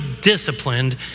disciplined